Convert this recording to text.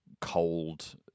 cold